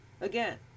again